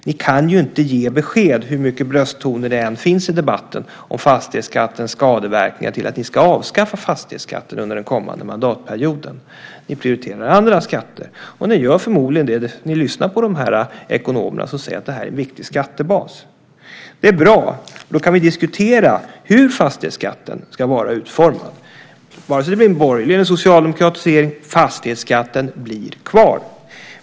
Ni kan ju inte ge besked, hur mycket brösttoner det än finns i debatten om fastighetsskattens skadeverkningar, om att ni ska avskaffa fastighetsskatten under den kommande mandatperioden. Ni prioriterar andra skatter. Och ni gör förmodligen det därför att ni lyssnar på dessa ekonomer som säger att detta är en viktig skattebas. Det är bra eftersom vi då kan diskutera hur fastighetsskatten ska vara utformad. Vare sig det blir en borgerlig eller en socialdemokratisk regering blir fastighetsskatten kvar.